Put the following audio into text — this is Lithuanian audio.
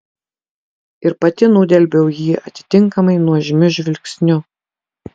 ir pati nudelbiau jį atitinkamai nuožmiu žvilgsniu